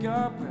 up